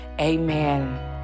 Amen